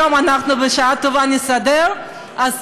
בשעה טובה נסדר היום,